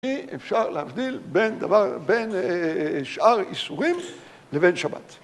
אי אפשר להבדיל בין דבר...בין שאר איסורים לבין שבת.